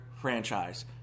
franchise